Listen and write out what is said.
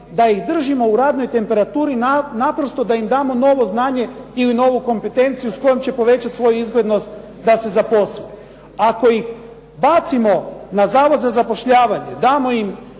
da ih držimo u radnoj temperaturi, naprosto da im damo novo znanje ili novu kompetenciju s kojom će povećati svoju izglednost da se zaposle. Ako ih bacimo na Zavod za zapošljavanje, damo im